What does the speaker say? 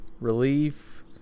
relief